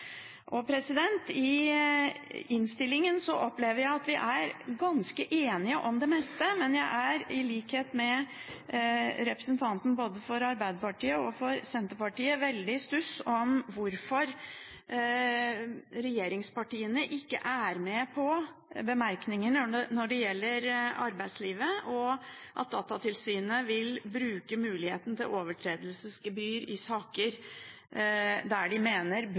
I innstillingen opplever jeg at vi er ganske enige om det meste, men jeg er i likhet med både representanten for Arbeiderpartiet og representanten for Senterpartiet veldig i stuss om hvorfor regjeringspartiene ikke er med på merknaden når det gjelder arbeidslivet, der det står at Datatilsynet vil bruke muligheten til overtredelsesgebyr i saker der de mener